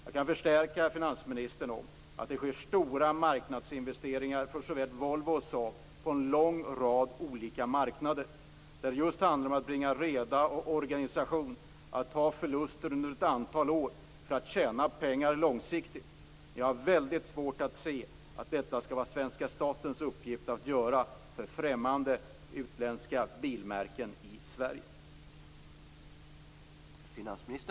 Jag kan försäkra finansministern om att det sker stora marknadsinvesteringar för såväl Volvo som Saab på en lång rad olika marknader, där det just handlar om att bringa reda och skapa organisation, att ta förluster under ett antal år för att tjäna pengar långsiktigt. Men jag har väldigt svårt att se att det skall vara svenska statens uppgift att göra detta för främmande, utländska bilmärken i Sverige.